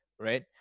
Right